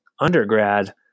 undergrad